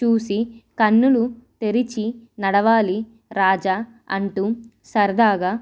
చూసి కన్నులు తెరిచి నడవాలి రాజా అంటూ సరదాగా